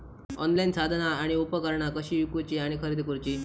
Online साधना आणि उपकरणा कशी ईकूची आणि खरेदी करुची?